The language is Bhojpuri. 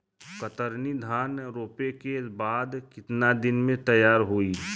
कतरनी धान रोपे के बाद कितना दिन में तैयार होई?